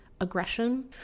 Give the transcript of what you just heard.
aggression